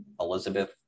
Elizabeth